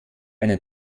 einen